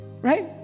Right